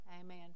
Amen